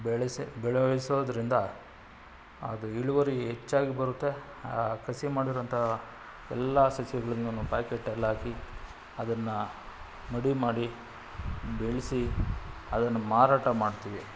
ಬೆಳೆಸಿ ಬೆಳೆಸೋದರಿಂದ ಅದು ಇಳುವರಿ ಹೆಚ್ಚಾಗಿ ಬರುತ್ತೆ ಆ ಕಸಿ ಮಾಡಿರೋಂಥ ಎಲ್ಲ ಸಸ್ಯಗಳನ್ನು ನಾವು ಪ್ಯಾಕೇಟಲ್ಲಾಕಿ ಅದನ್ನು ಮಡಿ ಮಾಡಿ ಬೆಳೆಸಿ ಅದನ್ನು ಮಾರಾಟ ಮಾಡ್ತೀವಿ